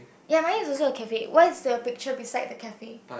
ya mine is also a cafe what is your picture beside the cafe